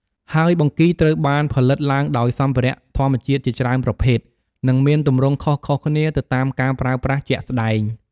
ហើយបង្គីត្រូវបានផលិតឡើងដោយសម្ភារៈធម្មជាតិជាច្រើនប្រភេទ និងមានទម្រង់ខុសៗគ្នាទៅតាមការប្រើប្រាស់ជាក់ស្តែង។